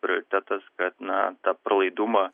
prioritetas kad na tą pralaidumą